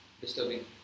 disturbing